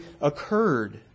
occurred